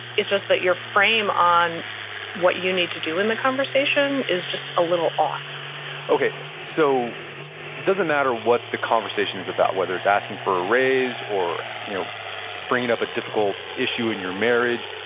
it's just that your frame on what you need to do in the conversation is just a little off okay. so doesn't matter what the conversation is about, whether it's asking for a raise or you know bringing up a difficult issue in your marriage,